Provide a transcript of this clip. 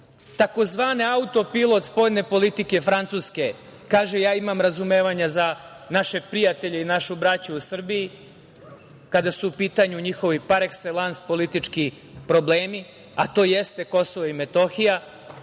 tzv. „auto-pilot spoljne politike Francuske“ kaže – ja imam razumevanja za našeg prijatelja, za našu braću u Srbiji kada su u pitanju njihovi parekselans politički problemi, a to jeste Kosovo i Metohija,